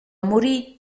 muri